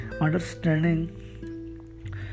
Understanding